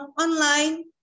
online